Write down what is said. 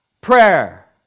prayer